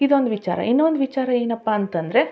ಇದೊಂದು ವಿಚಾರ ಇನ್ನೊಂದು ವಿಚಾರ ಏನಪ್ಪ ಅಂತಂದರೆ